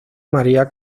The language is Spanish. mariah